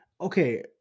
okay